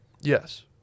Yes